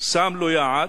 שם לו יעד.